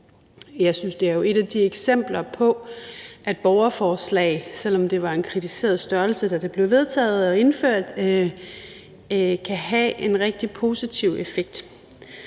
Jeg synes jo, det er et af de eksempler på, at borgerforslag, selv om det var en kritiseret størrelse, da det blev vedtaget og indført, kan have en rigtig positiv effekt.